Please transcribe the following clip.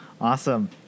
Awesome